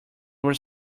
were